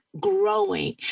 growing